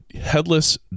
headless